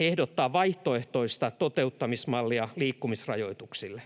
ehdottaa vaihtoehtoista toteuttamismallia liikkumisrajoituksille.